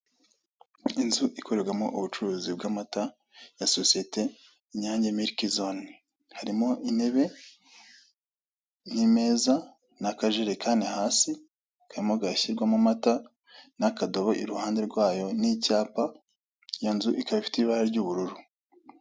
Inzu ikorerwamo ubucuruzi bw'amata ya sosiyete Inyange miliki zone. Harimo intebe n'imeza n'akajerekani hasi, karimo gashyirwamo amata n'akadobo iruhande rwayo n'icyapa. Iyo nzu ikaba ifite ibara ry'ubururu.